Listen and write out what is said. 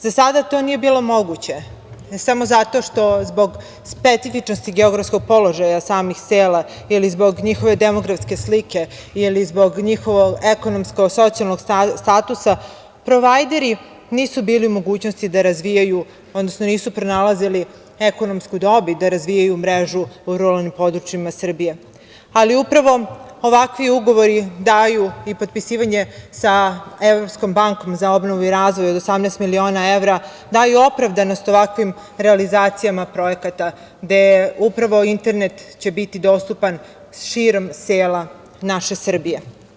Za sada to nije bilo moguće, ne samo zato što zbog specifičnosti geografskog položaja samih sela, ili zbog njihove demografske slike, ili zbog njihovog ekonomsko-socijalnog statusa, provajderi nisu bili u mogućnosti da razvijaju, odnosno nisu pronalazili ekonomsku dobit da razvijaju mrežu u ruralnim područjima Srbije, ali upravo ovakvi ugovori daju i potpisivanje sa Evropskom bankom za obnovu i razvoj od 18 miliona evra, daju opravdanost ovakvim realizacijama projekata gde će upravo internet biti dostupan širom sela naše Srbije.